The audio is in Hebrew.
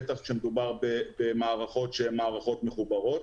בטח כשמדובר במערכות שהן מערכות מחוברות.